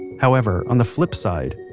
however, on the flip side,